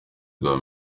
bwa